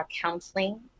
Counseling